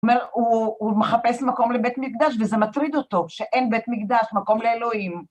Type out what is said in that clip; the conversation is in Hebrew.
זאת אומרת, הוא מחפש מקום לבית מקדש, וזה מטריד אותו שאין בית מקדש, מקום לאלוהים.